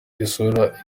isura